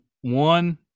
one